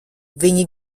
viņi